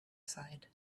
aside